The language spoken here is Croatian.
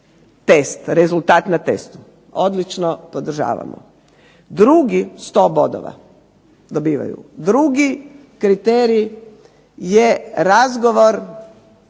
test, rezultat na testu. Odlično, podržavamo. Drugi, 100 bodova dobivaju. Drugi kriterij je razgovor